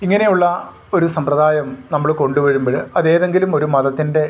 ഇങ്ങനെയുള്ള ഒരു സമ്പ്രദായം നമ്മൾ കൊണ്ടുവരുമ്പോഴ് അത് ഏതെങ്കിലും ഒരു മതത്തിൻ്റെ